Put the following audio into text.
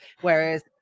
whereas